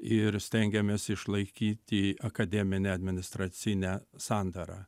ir stengiamės išlaikyti akademinę administracinę sandarą